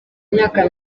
imyaka